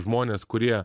žmones kurie